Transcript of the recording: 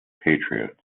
patriots